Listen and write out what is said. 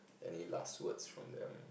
any last words from them